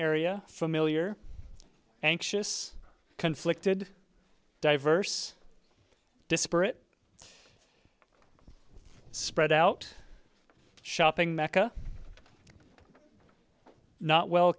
area familiar anxious conflicted diverse disparate spread out shopping mecca not well